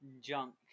Junk